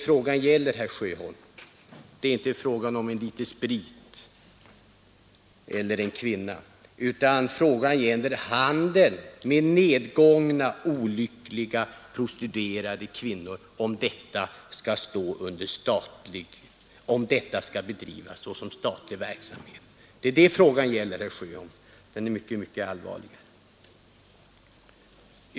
Frågan gäller inte en liter sprit eller en kvinna, herr Sjöholm, utan vad det gäller är om handel med nedgångna olyckliga prostituerade kvinnor skall bedrivas såsom statlig verksamhet. Detta är något mycket allvarligare.